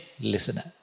listener